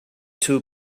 two